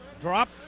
Drop